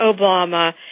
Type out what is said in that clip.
Obama